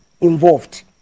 involved